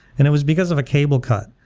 and it was because of a cable cut.